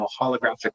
holographic